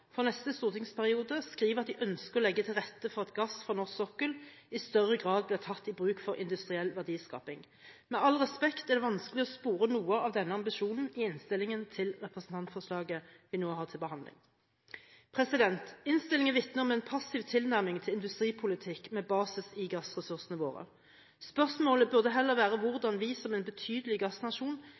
for neste stortingsperiode skriver at de ønsker å legge til rette for at gass fra norsk sokkel i større grad blir tatt i bruk for industriell verdiskaping. Med all respekt er det vanskelig å spore noe av denne ambisjonen i innstillingen til representantforslaget vi nå har til behandling. Innstillingen vitner om en passiv tilnærming til industripolitikk med basis i gassressursene våre. Spørsmålet burde heller være hvordan vi som en betydelig gassnasjon